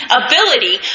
ability